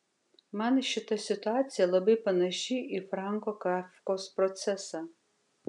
man šita situacija labai panaši į franco kafkos procesą